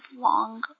long